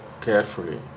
carefully